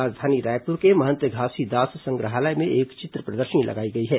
राजधानी रायपुर के महंत घासीदास संग्रहालय में एक चित्र प्रदर्शनी लगाई गई है